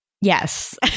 Yes